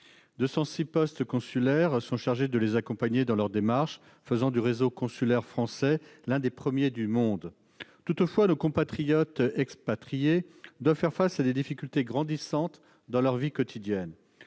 206 postes consulaires, chargés de les accompagner dans leurs démarches, font du réseau consulaire français l'un des premiers au monde. Toutefois, nos compatriotes expatriés doivent faire face à des difficultés grandissantes dans leur vie quotidienne.